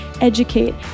educate